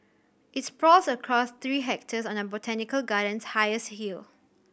it sprawls across three hectares on the botanical garden's highest hill